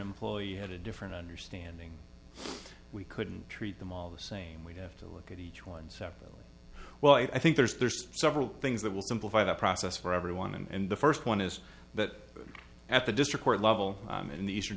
employee had a different understanding we couldn't treat them all the same we have to look at each one separately well i think there's several things that will simplify the process for everyone and the first one is that at the district court level i'm in the eastern